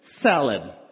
salad